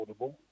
affordable